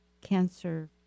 Cancer